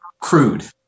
crude